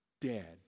dead